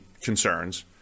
concerns